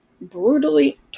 brutally